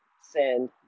send